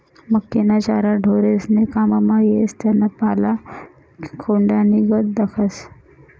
मक्कीना चारा ढोरेस्ले काममा येस त्याना पाला खोंड्यानीगत दखास